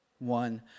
One